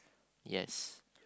yes